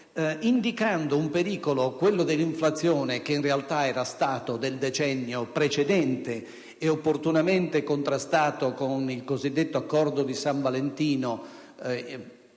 indicando un pericolo, quello dell'inflazione, che in realtà era appartenuto al decennio precedente e che era stato opportunamente contrastato con il cosiddetto accordo di San Valentino,